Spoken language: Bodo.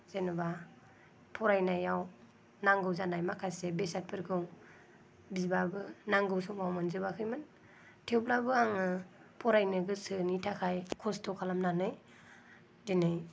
जेनेबा फरायनायाव नांगौ जानाय माखासे बेसादफोरखौ बिब्लाबो नांगौ समाव मोनजोबाखैमोन थेवब्लाबो आङो फरायनो गोसोनि थाखाय खस्थ' खालामनानै दिनै